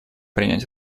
принять